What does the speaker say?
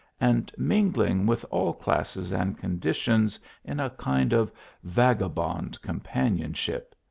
and mingling with all classes and conditions in a kind of vagabond companionship.